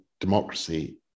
democracy